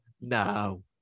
no